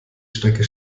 strecke